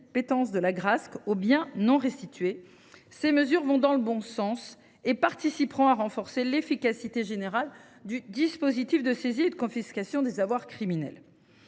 de cette agence aux biens non restitués, ces mesures vont dans le bon sens et contribueront à renforcer l’efficacité générale du dispositif de saisie et de confiscation des avoirs criminels.